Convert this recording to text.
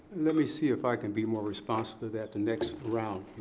let me see if i can be more responsive to that the next round.